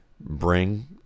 bring